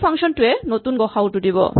এই ফাংচন টোৱে নতুন গ সা উ টো দিব